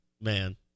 man